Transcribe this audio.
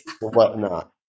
whatnot